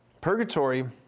Purgatory